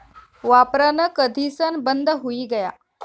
वापरान कधीसन बंद हुई गया